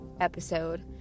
episode